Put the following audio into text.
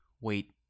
wait